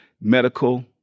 medical